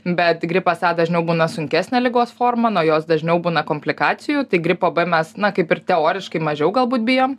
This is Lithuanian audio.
bet gripas a dažniau būna sunkesnė ligos forma nuo jos dažniau būna komplikacijų tai gripo mes na kaip ir teoriškai mažiau galbūt bijom